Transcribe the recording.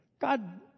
God